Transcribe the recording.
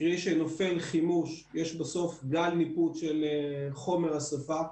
קרי כשנופל חימוש יש בסוף גל ניפוץ של חומר השרפה.